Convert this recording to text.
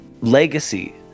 legacy